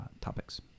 topics